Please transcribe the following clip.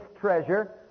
treasure